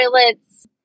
toilets